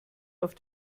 auf